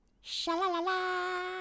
Sha-la-la-la